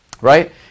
right